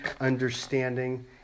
understanding